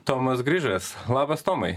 tomas grižas labas tomai